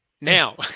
Now